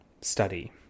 study